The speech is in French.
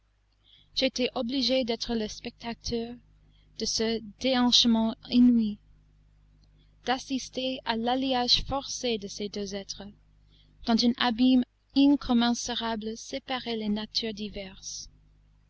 j'étais obligé d'être le spectateur de ce déhanchement inouï d'assister à l'alliage forcé de ces deux êtres dont un abîme incommensurable séparait les natures diverses